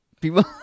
people